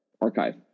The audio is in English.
Archive